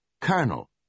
colonel